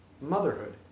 motherhood